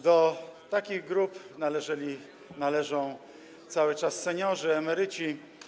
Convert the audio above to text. Do takich grup należeli, należą cały czas seniorzy, emeryci.